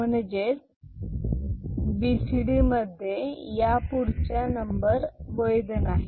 म्हणजेच बीसीडी मध्ये यापुढच्या नंबर नाहीत वैध नाहीत